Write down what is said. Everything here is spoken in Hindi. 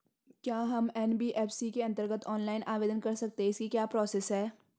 क्या हम एन.बी.एफ.सी के अन्तर्गत ऑनलाइन आवेदन कर सकते हैं इसकी क्या प्रोसेस है?